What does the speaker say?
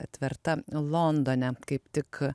atverta londone kaip tik